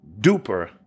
duper